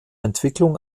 entwicklung